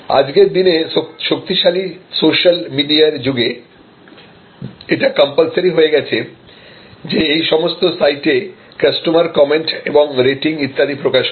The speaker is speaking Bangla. আজকের দিনে শক্তিশালী সোশ্যাল মিডিয়ার যুগে এটা কম্পালসারি হয়ে গেছে যে এই সমস্ত সাইটে কাস্টমার কমেন্ট এবং রেটিং ইত্যাদি প্রকাশ করে